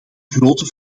grote